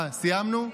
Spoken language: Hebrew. סיימנו?